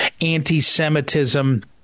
anti-Semitism